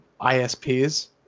ISPs